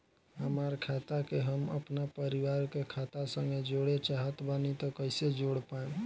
हमार खाता के हम अपना परिवार के खाता संगे जोड़े चाहत बानी त कईसे जोड़ पाएम?